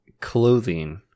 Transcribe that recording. clothing